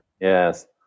Yes